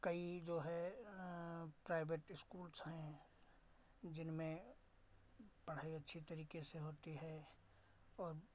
कई जो है प्राइवेट इस्कूल्स हैं जिनमें पढ़ाई अच्छी तरीके से होती है और